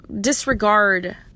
disregard